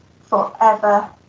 forever